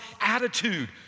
attitude